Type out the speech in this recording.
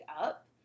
up